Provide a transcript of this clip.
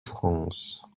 france